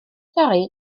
sori